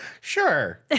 Sure